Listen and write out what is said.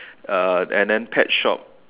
uh and then pet shop